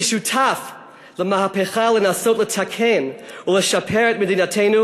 כשותף למהפכה לנסות לתקן ולשפר את מדינתנו